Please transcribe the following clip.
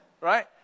right